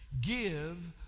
give